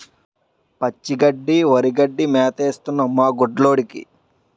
పచ్చి గడ్డి వరిగడ్డి మేతేస్తన్నం మాగొడ్డ్లుకి